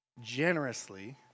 generously